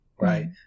Right